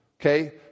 okay